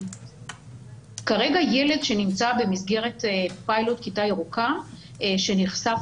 כרגע ילד שנמצא במסגרת פיילוט כיתה ירוקה שנחשף